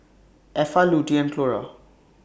Effa Lutie and Clora